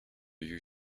you